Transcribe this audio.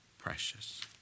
Precious